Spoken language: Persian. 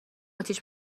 اتیش